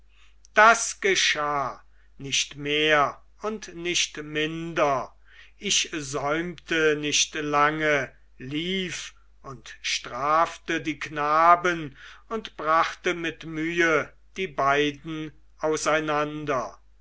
das geschah nicht mehr und nicht minder ich säumte nicht lange lief und strafte die knaben und brachte mit mühe die beiden auseinander